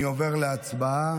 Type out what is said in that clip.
אני עובר להצבעה.